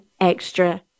extra